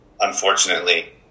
unfortunately